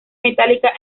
metálica